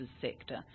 sector